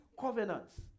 covenants